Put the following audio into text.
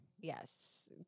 Yes